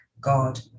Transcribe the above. God